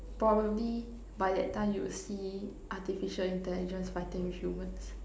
probably by that time you will see artificial intelligence fighting with humans